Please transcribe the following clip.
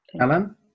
Alan